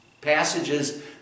passages